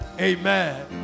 amen